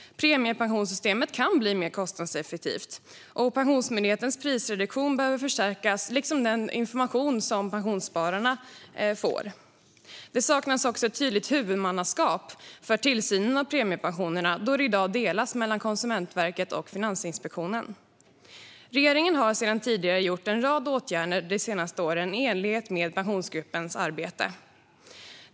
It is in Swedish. Premiepensionssystemet kan bli mer kostnadseffektivt. Pensionsmyndighetens prisreduktion behöver förstärkas, liksom den information som pensionsspararna får. Det saknas också ett tydligt huvudmannaskap för tillsynen av premiepensionerna då det i dag delas mellan Konsumentverket och Finansinspektionen. Regeringen har vidtagit en rad åtgärder de senaste åren i enlighet med Pensionsgruppens arbete.